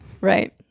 right